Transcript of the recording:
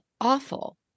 awful